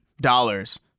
dollars